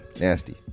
nasty